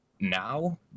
now